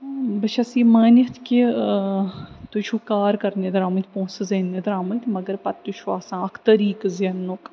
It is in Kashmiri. بہٕ چھَس یہِ مٲنِتھ کہِ تُہۍ چھُو کار کرنہِ درٛامٕتۍ پونٛسہٕ زینٛنہِ درٛامٕتۍ مگر پتہٕ تہِ چھُ آسان اکھ طٔریٖقہٕ زینٛنُک